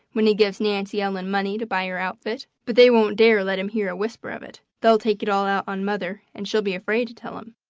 when he gives nancy ellen money to buy her outfit but they won't dare let him hear a whisper of it. they'll take it all out on mother, and she'll be afraid to tell him.